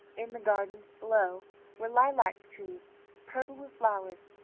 in the garden below were lilac-trees purple with flowers,